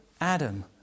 Adam